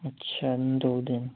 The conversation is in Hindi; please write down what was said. अच्छा दो दिन